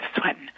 sweating